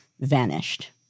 vanished